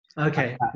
okay